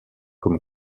comme